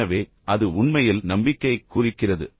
எனவே அது உண்மையில் நம்பிக்கையைக் குறிக்கிறது